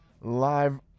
live